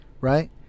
Right